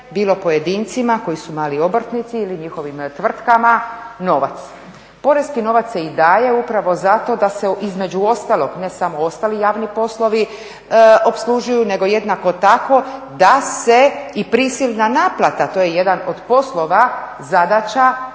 bilo pojedincima koji su mali obrtnici ili njihovim tvrtkama novac. Poreski novac se i daje upravo zato da se između ostalog, ne samo ostali javni poslovi opslužuju nego jednako tako da se i prisilna naplata, to je jedan od poslova, zadaća